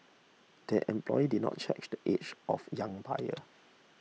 the employee did not check the age of young buyer